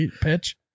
pitch